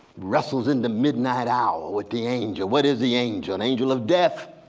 rustles in the midnight hour with the angel, what is the angel, an angel of death.